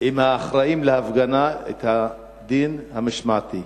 עם האחראים להפגנה את הדין המשמעתי.